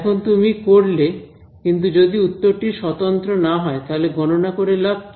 এখন তুমি করলে কিন্তু যদি উত্তরটি স্বতন্ত্র না হয় তাহলে গণনা করে লাভ কি